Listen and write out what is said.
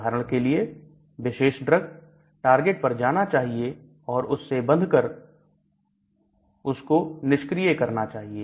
उदाहरण के लिए विशेष ड्रग टारगेट पर जाना चाहिए और उससे बंध कर कर उसको निष्क्रिय करना चाहिए